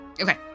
Okay